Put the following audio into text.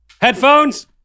Headphones